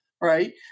Right